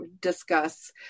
discuss